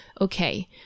okay